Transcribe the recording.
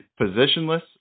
positionless